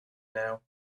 now